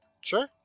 sure